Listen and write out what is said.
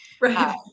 right